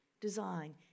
design